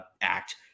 act